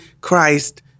Christ